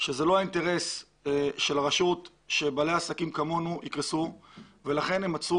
שזה לא האינטרס של הרשות שבעלי עסקים כמונו יקרסו ולכן הם מצאו